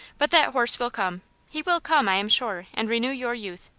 but that horse will come he will come, i am sure, and renew your youth.